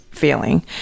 Feeling